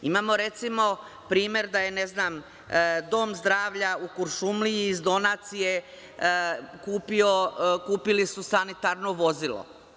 Imamo, recimo, primer da je Dom zdravlja u Kuršumliji iz donacije kupio, kupili su sanitarno vozilo.